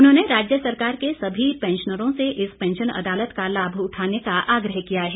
उन्होंने राज्य सरकार के सभी पैंशनरों से इस पैंशन अदालत का लाभ उठाने का आग्रह किया है